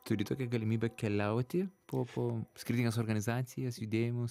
turi tokią galimybę keliauti po po skirtingas organizacijas judėjimus